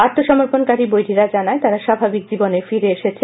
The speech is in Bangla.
আত্ম সমর্পণকারী বৈরীরা জানায় এরা স্বাভাবিক জীবনে ফিরে এসেছে